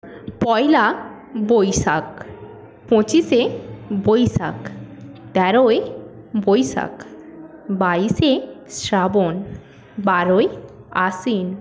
পয়লা বৈশাখ পঁচিশে বৈশাখ তেরোই বৈশাখ বাইশে শ্রাবণ বারোই আশ্বিন